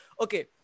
okay